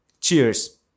cheers